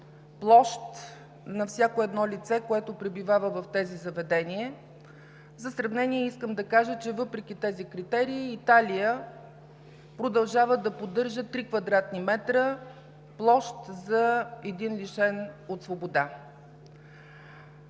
площ на всяко едно лице, което пребивава в тези заведения. За сравнение искам да кажа, че въпреки тези критерии Италия продължава да поддържа 3 кв. м площ за един лишен от свобода.